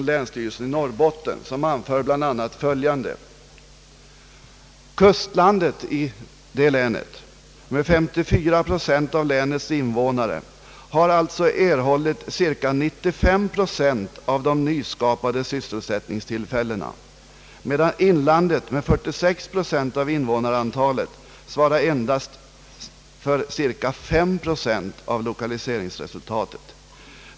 Den skriver bl.a. följande: »Kustlandet med 54 procent av länets invånare har alltså erhållit cirka 95 procent av de nyskapade sysselsättningstillfällena. Inlandet med 46 procent av invånarantalet svarar endast för cirka 5 procent av lokaliseringsresultatet.